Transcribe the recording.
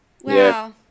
Wow